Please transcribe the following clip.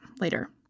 later